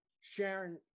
Sharon